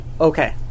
Okay